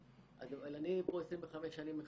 אני פה 25 שנים מחנך.